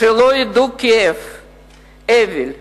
שלא ידעו כאב, אבל,